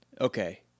Okay